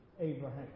Abraham